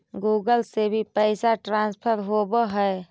Google से भी पैसा ट्रांसफर होवहै?